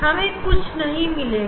हमें कुछ नहीं मिलेगा